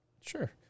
sure